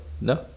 no